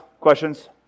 questions